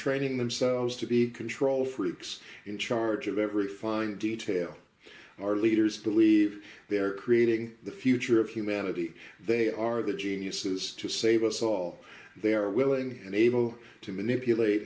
training themselves to be control freaks in charge of every fine detail our leaders ready believe they are creating the future of humanity they are the geniuses to save us all they are willing and able to manipulate